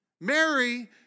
Mary